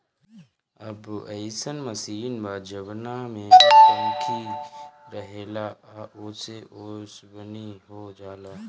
अब अइसन मशीन बा जवना में पंखी रहेला आ ओसे ओसवनी हो जाला